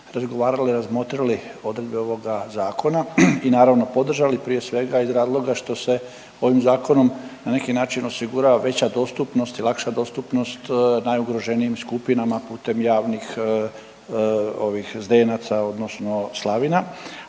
razgovarali, razmotrili odredbe ovoga zakona i naravno podržali prije svega iz razloga što se ovim zakonom na neki način osigurava veća dostupnost i lakša dostupnost najugroženijim skupinama putem javnih zdenaca, odnosno slavina